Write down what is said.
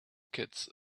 kids